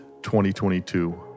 2022